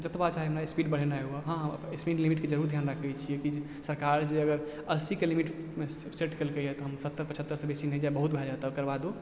जतबा चाहे हमरा स्पीड बढ़ेनाइ हुअव हँ हम अपन स्पीड लिमिटके जरूर ध्यान राखय छियै कि सरकार जे अगर अस्सीके लिमिट सेट कयलकइए तऽ हम सत्तर पछहत्तरसँ बेसी नहि जाइ बहुत भए जायत तकरबादो